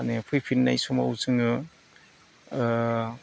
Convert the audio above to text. माने फैफिननाय समाव जोङो